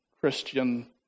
Christian